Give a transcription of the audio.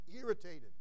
irritated